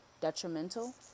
detrimental